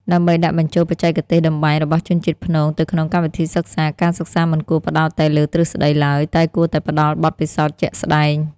ដើម្បីដាក់បញ្ចូលបច្ចេកទេសតម្បាញរបស់ជនជាតិព្នងទៅក្នុងកម្មវិធីសិក្សា ការសិក្សាមិនគួរផ្តោតតែលើទ្រឹស្តីឡើយ តែគួរតែផ្តល់បទពិសោធន៍ជាក់ស្តែង។